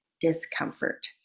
discomfort